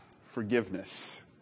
forgiveness